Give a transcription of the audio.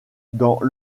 dans